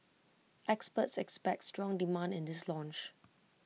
experts expect strong demand in this launch